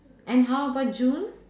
and how about june